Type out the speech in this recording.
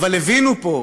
אבל הבינו פה,